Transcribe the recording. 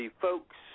folks